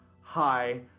Hi